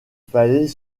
fallait